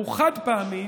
הוא חד-פעמי,